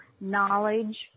knowledge